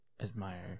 admire